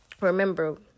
Remember